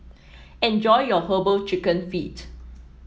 enjoy your herbal chicken feet